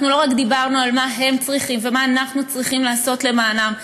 לא דיברנו רק על מה שהם צריכים ומה שאנחנו צריכים לעשות למענם,